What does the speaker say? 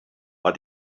but